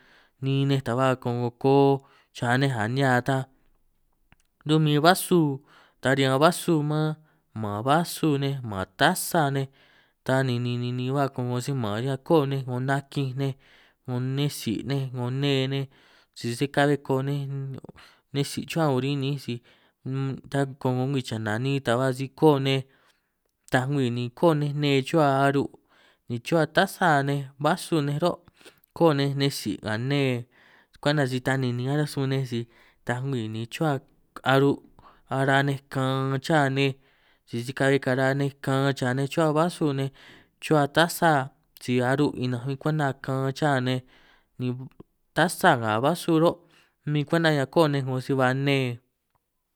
Niin nej taj ba ko'ngo koo cha nej nga nihia ta, ru'min basu ta riñan basu man man basu nej man tasa nej, ta ni ni ni ba ko'ngo si man ñan koo nej 'ngo nakinj nej 'ngo nne tsi nej 'ngo nne nej, si ka'hue koo nej nne tsi chuhua 'ngo rin niinj si unn ta ko'ngo ngwii chana niin ta ba si koo nej, taaj ngwii ni koo nne chuhua aru' ni chuhua tasa nej basu nej, ro' koo nej nne tsi nga nne kwenta si ta ni ni nin aránj sun nej, si taaj ngwii ni chuhua aru' ara nej kan chá nej sisi si ka'hue kara nej kan cha nej chuhua basu nej, chuhua tasa si aru' ninanj huin kwenta kan cha nej ni tasa nga basu ro', min kwenta ñan koo nej 'ngo si nne.